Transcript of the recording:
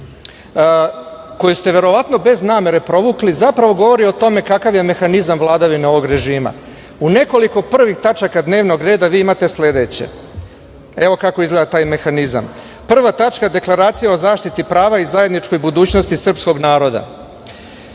koju ste verovatno bez namere provukli zapravo govori o tome kakav je mehanizam vladavine ovog režima.U nekoliko prvih tačaka dnevnog reda vi imate sledeće, evo kako izgleda taj mehanizam. Prva tačka - Deklaracija o zaštiti prava i zajedničkoj budućnosti srpskog naroda,